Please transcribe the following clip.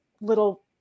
little